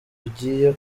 bigiye